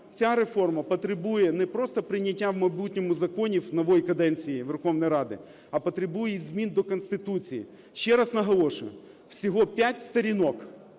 ця реформа потребує не просто прийняття в майбутньому законів нової каденції Верховної Ради, а потребує і змін до Конституції. Ще раз наголошую, всього 5 сторінок,